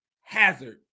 hazard